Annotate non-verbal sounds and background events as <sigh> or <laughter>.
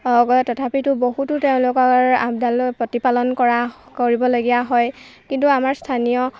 <unintelligible> তথাপি বহুতো তেওঁলোকৰ আপডালো প্ৰতিপালন কৰা কৰিবলগীয়া হয় কিন্তু আমাৰ স্থানীয়